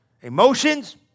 Emotions